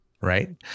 right